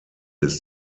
ist